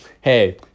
hey